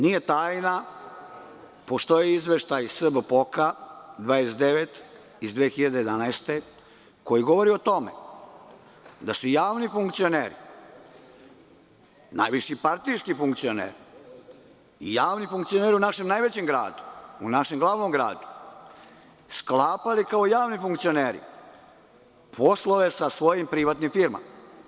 Nije tajna, postoji izveštaj SBPOK 29 iz 2011. godine, koji govori o tome da su javni funkcioneri, najviši partijski funkcioneri i javni funkcioneri u našem najvećem gradu, u našem glavnom gradu, sklapali kao javni funkcioneri poslove sa svojim privatnim firmama.